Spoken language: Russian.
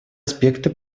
аспекты